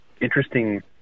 interesting